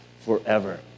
forever